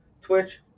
Twitch